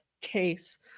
case